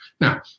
Now